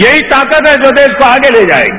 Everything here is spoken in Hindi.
यही ताकत है जो देश को आगे ले जाएगी